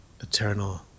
Eternal